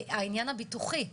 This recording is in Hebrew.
העניין הביטוחי,